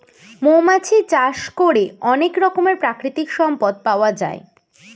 মৌমাছি চাষ করে অনেক রকমের প্রাকৃতিক সম্পদ পাওয়া যায়